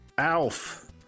Alf